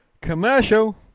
Commercial